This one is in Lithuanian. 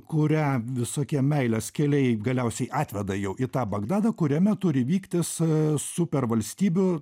kurią visokie meilės keliai galiausiai atveda jau į tą bagdadą kuriame turi vyktis supervalstybių